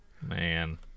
Man